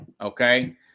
okay